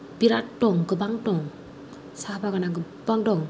बिराद दं गोबां दं साहा बागाना गोबां दं